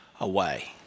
away